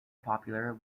popular